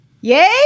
Yay